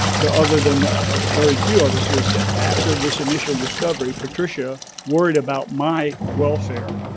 to other than a very few of us is that after and this initial discovery, patricia worried about my welfare,